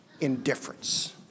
indifference